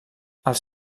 els